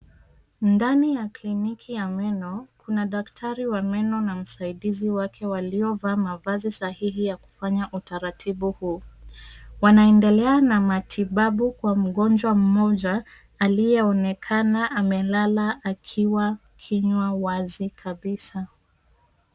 Ndani ya kliniki ya meno kuna daktari wa meno na msaidizi wake waliovaa mavazi sahihi ya kufanya utaratibu huu ,wanaendelea na matibabu kwa mgonjwa mmoja aliyeonekana amelala akiwa kinywa wazi kabisa.